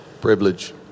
Privilege